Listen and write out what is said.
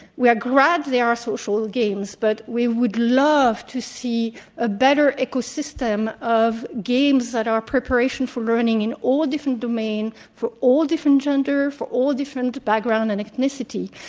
we are glad they are social games, but we would love to see a better ecosystem of games that are preparation for learning in all different domains for all different genders, for all different background and ethnicity.